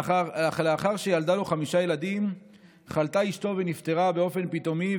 אך לאחר שילדה לו חמישה ילדים חלתה אשתו ונפטרה באופן פתאומי,